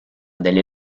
delle